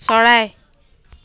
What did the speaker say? চৰাই